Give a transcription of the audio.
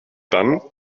dann